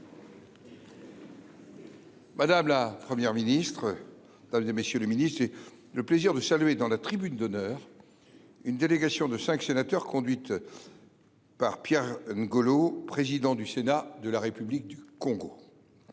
Madame la Première ministre, mesdames, messieurs les ministres, j’ai le plaisir de saluer, dans notre tribune d’honneur, une délégation de cinq sénateurs conduite par M. Pierre Ngolo, président du Sénat de la République du Congo.